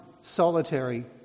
solitary